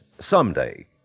Someday